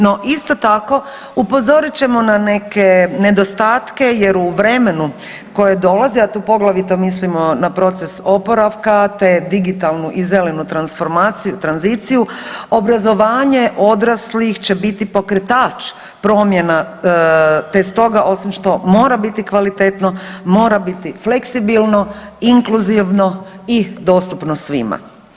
No, isto tako upozorit ćemo na neke nedostatke jer u vremenu koje dolazi, a tu poglavito mislimo na proces oporavka te digitalnu i zelenu transformaciju, tranziciju, obrazovanje odraslih će biti pokretač promjena te stoga, osim što mora biti kvalitetno, mora biti fleksibilno, inkluzivno i dostupno svima.